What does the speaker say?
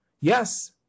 yes